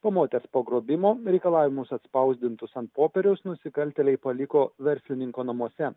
po moters pagrobimo reikalavimus atspausdintus ant popieriaus nusikaltėliai paliko verslininko namuose